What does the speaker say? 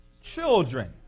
Children